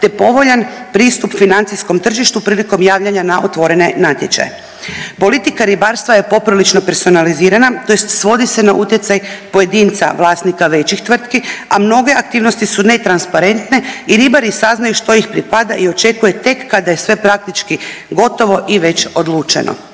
te povoljan pristup financijskom tržištu prilikom javljanja na otvorene natječaje. Politika ribarstva je poprilično personalizirana tj. svodi se na utjecaj pojedinca vlasnika većih tvrtki, a mnoge aktivnosti su netransparentne i ribari saznaju što ih pripada i očekuje tek kada je sve praktički gotovo i već odlučeno.